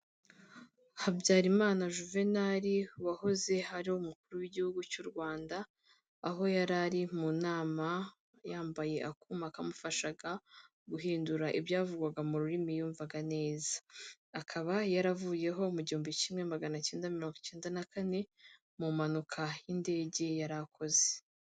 Habyarimana juvenali wahoze ari umukuru w'igihugu cy'u Rwanda, aho yari ari mu nama, yambaye akuma kamufashaga guhindura ibyavugwaga mu rurimi yumvaga neza. Akaba yaravuyeho mu gihumbi kimwe maganakenda mirongwikenda na kane, mu mpanuka y'indege yari akoze.